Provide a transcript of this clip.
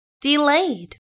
Delayed